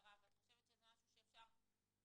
למשטרה ואת חושבת שזה משהו שאפשר לבדוק